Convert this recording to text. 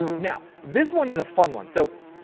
now, this one is a fun one. so.